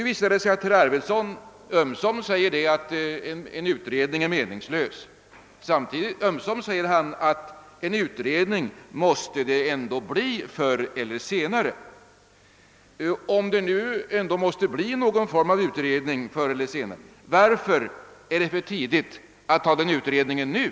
Herr Arvidson säger ömsom att utredningen är meningslös, ömsom att det ändå förr eller senare måste göras en utredning. Men varför skulle det vara för tidigt att göra utredningen nu?